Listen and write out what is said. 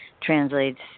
translates